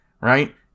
right